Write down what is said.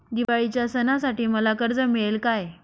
दिवाळीच्या सणासाठी मला कर्ज मिळेल काय?